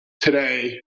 today